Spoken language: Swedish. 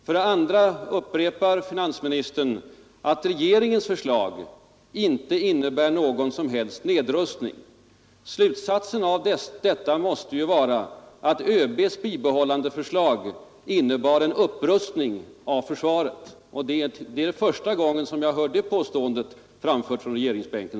För det andra att regeringens förslag inte innebär någon som helst nedrustning. Slutsatsen måste då bli att ÖB:s bibehållandeförslag innebar en klar upprustning av försvaret. Det är första gången som jag hört det påståendet framföras från regeringsbänken.